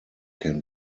can